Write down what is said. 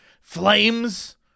flames